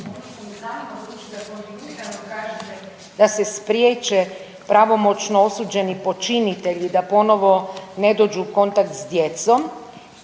uključena./… spriječe pravomoćno osuđeni počinitelji da ponovno ne dođu u kontakt s djecom